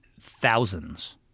thousands